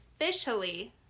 officially